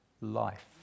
life